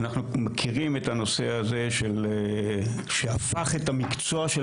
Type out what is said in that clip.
אנחנו מכירים את הנושא הזה שהפך את המקצוע של